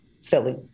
silly